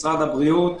משרד הבריאות,